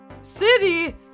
City